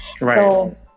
Right